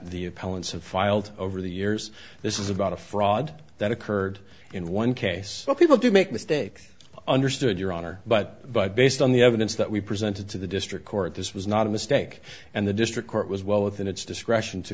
filed over the years this is about a fraud that occurred in one case people do make mistake understood your honor but but based on the evidence that we presented to the district court this was not a mistake and the district court was well within its discretion to